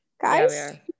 guys